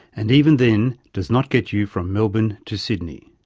and even then does not get you from melbourne to sydney.